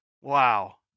Wow